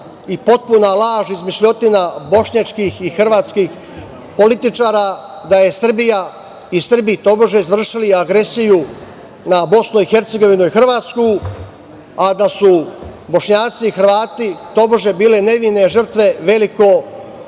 i potpuna laž i izmišljotina bošnjačkih i hrvatskih političara da je Srbija i Srbi tobože izvršili agresiju na BiH i Hrvatsku, a da su Bošnjaci i Hrvati tobože bile nevine žrtve veliko-srpske